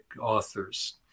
authors